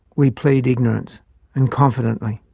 we plead ignorance and confidently.